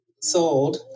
sold